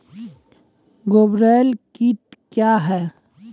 गुबरैला कीट क्या हैं?